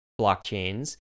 blockchains